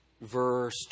verse